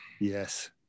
Yes